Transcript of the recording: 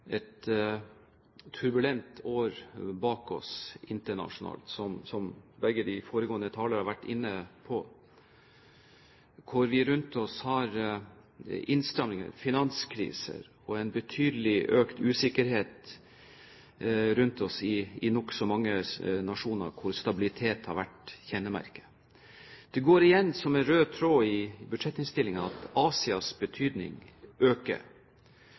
et turbulent år bak oss internasjonalt, som begge de foregående talere har vært inne på, hvor vi rundt oss har innstramminger, finanskriser og en betydelig økt usikkerhet i nokså mange nasjoner der stabilitet har vært kjennemerket. Det går igjen som en rød tråd i budsjettinnstillingen at Asias betydning øker.